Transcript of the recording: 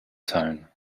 tone